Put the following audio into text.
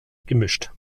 gemischt